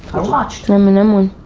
watch them minimally.